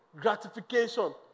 gratification